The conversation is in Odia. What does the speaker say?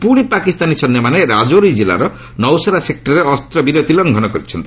ଆଜି ପୁଣି ପାକିସ୍ତାନୀ ସୈନ୍ୟମାନେ ରାଜୌରୀ କିଲ୍ଲାର ନୌସେରା ସେକ୍ଟରରେ ଅସ୍ତ୍ରବିରତି ଲଙ୍ଘନ କରିଛନ୍ତି